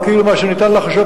או כאילו מה שניתן לחשוב,